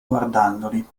guardandoli